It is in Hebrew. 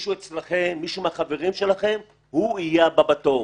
מישהו אצלכם, מישהו מהחברים שלכם יהיה הבא בתור.